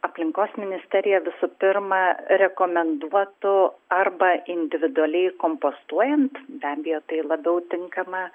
aplinkos ministerija visų pirma rekomenduotų arba individualiai kompostuojant be abejo tai labiau tinkama